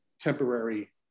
temporary